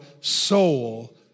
soul